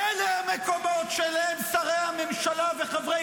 אלה המקומות שאליהם שרי הממשלה וחברי